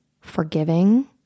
forgiving